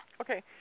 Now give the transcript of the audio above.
Okay